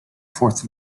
fourth